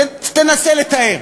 תנסה לתאר.